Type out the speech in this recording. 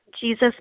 Jesus